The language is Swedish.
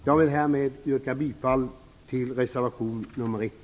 Härmed yrkar jag bifall till reservation 1.